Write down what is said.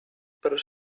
però